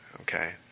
okay